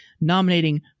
nominating